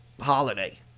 holiday